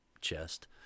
chest